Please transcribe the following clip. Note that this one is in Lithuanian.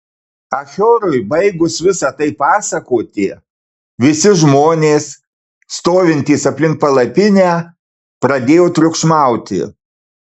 achiorui baigus visa tai pasakoti visi žmonės stovintys aplink palapinę pradėjo triukšmauti